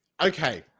Okay